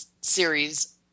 series